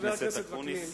חבר הכנסת אקוניס,